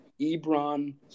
Ebron